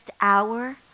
hour